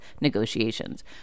negotiations